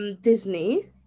Disney